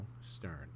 Stern